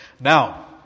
now